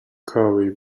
corey